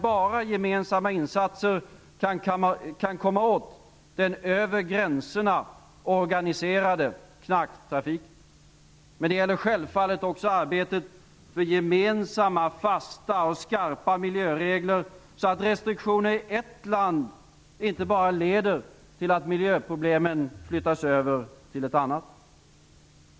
Bara gemensamma insatser kan komma åt den över gränserna organiserade knarktrafiken. Det gäller självfallet också arbetet för gemensamma fasta och skarpa miljöregler så att restriktioner i ett land inte bara leder till att miljöproblemen flyttas över till ett annat.